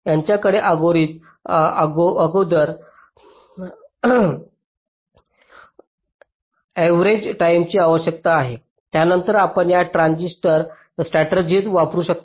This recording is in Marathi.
त्यांच्याकडे अगोदर अर्रेवाल टाईमची आवश्यकता आहे त्यानंतर आपण या स्ट्रॅटेजिएस वापरू शकता